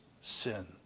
sin